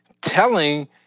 Telling